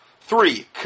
three